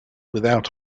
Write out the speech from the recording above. without